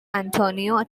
antonio